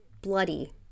bloody